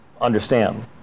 understand